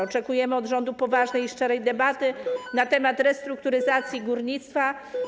Oczekujemy od rządu poważnej i szczerej debaty na temat restrukturyzacji górnictwa.